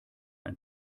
ein